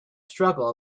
struggle